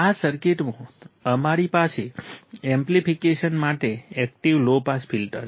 આ સર્કિટમાં અમારી પાસે એમ્પ્લીફિકેશન સાથે એકટીવ લો પાસ ફિલ્ટર છે